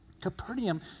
Capernaum